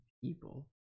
people